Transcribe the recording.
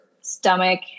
stomach